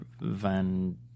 Van